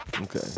Okay